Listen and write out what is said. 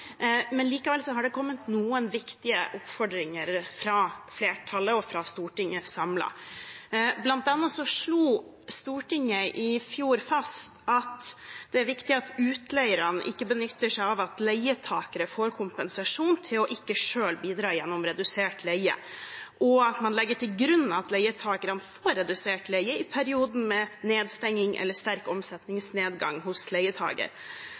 men likevel har det kommet noen viktige oppfordringer fra flertallet og fra Stortinget samlet. Blant annet slo Stortinget i fjor fast at det er viktig at utleierne ikke benytter seg av at leietakere får kompensasjon, ved ikke selv å bidra gjennom redusert leie, og at man legger til grunn at leietakerne får redusert leie i perioden med nedstenging eller sterk omsetningsnedgang hos